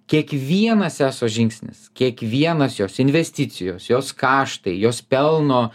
kiekvienas eso žingsnis kiekvienas jos investicijos jos kaštai jos pelno